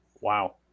Wow